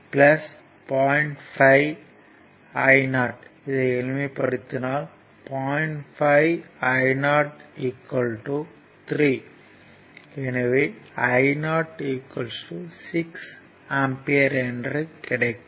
5 I o 3 எனவே Io 6 ampere என கிடைக்கும்